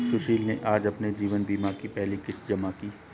सुशील ने आज अपने जीवन बीमा की पहली किश्त जमा की